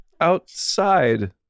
outside